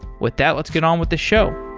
with that, let's get on with the show.